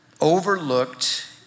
overlooked